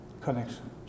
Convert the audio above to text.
connection